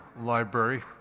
Library